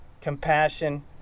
compassion